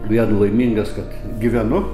vien laimingas kad gyvenu